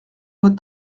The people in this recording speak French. votre